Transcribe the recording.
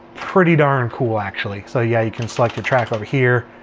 pretty darn cool, actually. so yeah, you can select a track over here.